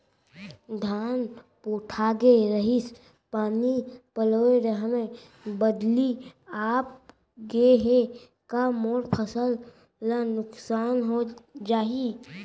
धान पोठागे रहीस, पानी पलोय रहेंव, बदली आप गे हे, का मोर फसल ल नुकसान हो जाही?